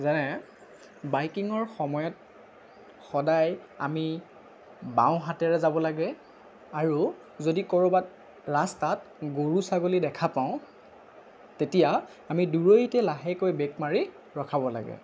যেনে বাইকিঙৰ সময়ত সদায় আমি বাওঁ হাতেৰে যাব লাগে আৰু যদি ক'ৰবাত ৰাস্তাত গৰু ছাগলী দেখা পাওঁ তেতিয়া আমি দূৰতে ব্ৰেক মাৰি ৰখাব লাগে